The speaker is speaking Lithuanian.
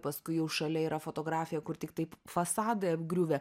paskui jau šalia yra fotografija kur tiktai fasadai apgriuvę